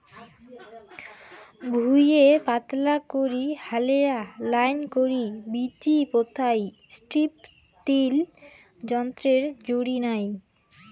ভুঁইয়ে পাতলা করি হালেয়া লাইন করি বীচি পোতাই স্ট্রিপ টিল যন্ত্রর জুড়ি নাই